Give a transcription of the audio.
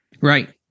Right